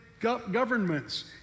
governments